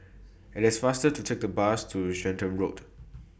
IT IS faster to Take The Bus to Stratton Road